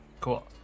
Cool